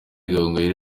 gahongayire